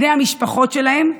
בני המשפחות שלהם,